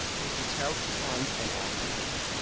with hotel coupons and all complete.